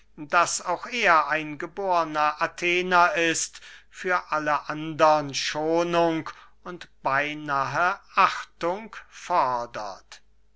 daß auch er ein geborner athener ist für alle andere schonung und beynahe achtung fordert